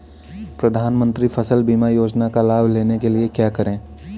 प्रधानमंत्री फसल बीमा योजना का लाभ लेने के लिए क्या करें?